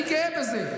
אני גאה בזה.